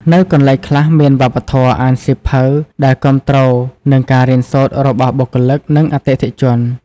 នៅកន្លែងខ្លះមានវប្បធម៌អានសៀវភៅដែលគាំទ្រនឹងការរៀនសូត្ររបស់បុគ្គលិក និងអតិថិជន។